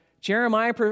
Jeremiah